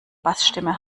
bassstimme